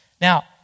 Now